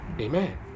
Amen